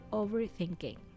overthinking